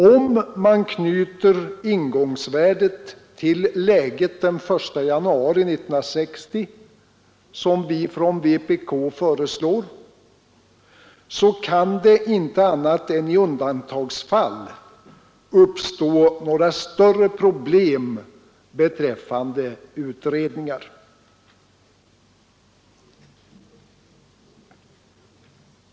Om man knyter ingångsvärdet till läget den 1 januari 1960, som vi föreslår från vpk, kan det inte annat än i undantagsfall uppstå några större problem beträffande utredningar.